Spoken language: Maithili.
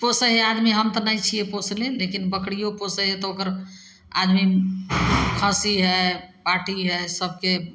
पोसै हइ आदमी हम तऽ नहि छिए पोसने लेकिन बकरिओ पोसै हइ तऽ ओकर आदमी खस्सी हइ पाठी हइ सभके